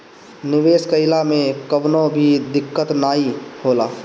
निवेश कइला मे कवनो भी दिक्कत नाइ होला